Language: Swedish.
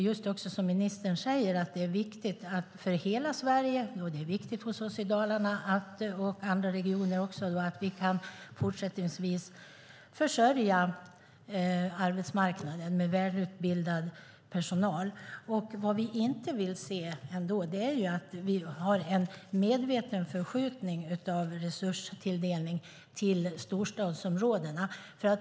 Precis som ministern säger är det viktigt för hela Sverige, för oss i Dalarna och för andra regioner att vi fortsättningsvis kan försörja arbetsmarknaden med välutbildad personal. Något som vi inte vill se är en medveten förskjutning av resurstilldelningen till storstadsområdena.